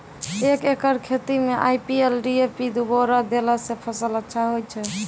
एक एकरऽ खेती मे आई.पी.एल डी.ए.पी दु बोरा देला से फ़सल अच्छा होय छै?